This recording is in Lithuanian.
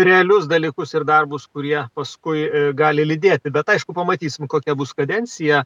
realius dalykus ir darbus kurie paskui gali lydėti bet aišku pamatysim kokia bus kadencija